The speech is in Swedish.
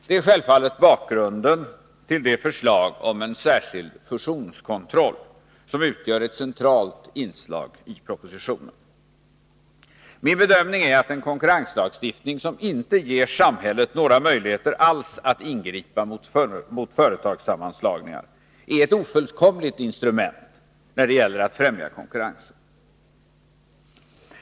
Det är självfallet bakgrunden till det förslag om en särskild fusionskontroll som utgör ett centralt inslag i propositionen. Min bedömning är att en konkurrenslagstiftning som inte ger samhället några möjligheter alls att ingripa mot företagssammanslagningar är ett ofullkomligt instrument när det gäller att främja konkurrensen.